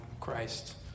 Christ